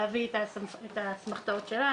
להביא את האסמכתאות שלה,